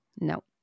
no